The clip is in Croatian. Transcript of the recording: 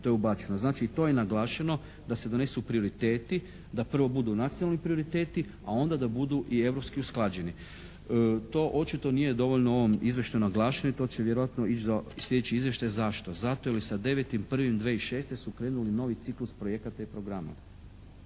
to je ubačeno. Znači i to je naglašeno da se donesu prioriteti, da prvo budu nacionalni prioriteti, a onda da budu i europski usklađeni. To očito nije dovoljno u ovom izvještaju naglašeno i to će vjerojatno ići za sljedeći izvještaj. Zašto? Zato jer je sa 9.1.2006. su krenuli novi ciklus projekata i programa